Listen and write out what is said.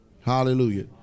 hallelujah